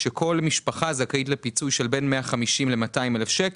שכל משפחה זכאית לפיצוי של בין 150,000 ל-200,000 שקלים,